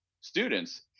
students